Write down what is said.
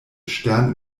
stern